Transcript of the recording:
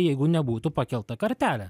jeigu nebūtų pakelta kartelė